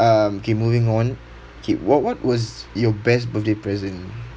um K moving on K what what was your best birthday present